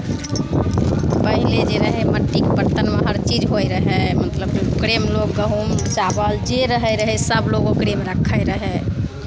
पहिले जे रहै माटिक बरतनमे हरचीज होइत रहै मतलब ओकरेमे लोक गहुम चावल जे रहैत रहै सभलोक ओकरेमे रखैत रहै